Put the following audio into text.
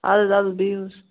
اَدٕ حظ اَدٕ بِہِو حظ